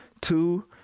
Two